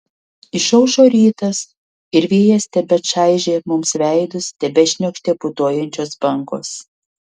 išaušo rytas ir vėjas tebečaižė mums veidus tebešniokštė putojančios bangos